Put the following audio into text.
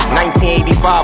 1985